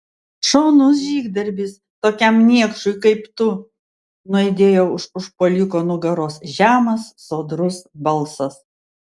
šaunus žygdarbis tokiam niekšui kaip tu nuaidėjo už užpuoliko nugaros žemas sodrus balsas